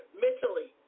mentally